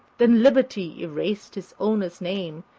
then liberty erased his owner's name,